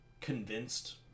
convinced